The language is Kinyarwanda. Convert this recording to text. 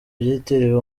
byitiriwe